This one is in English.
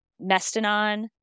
Mestinon